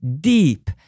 deep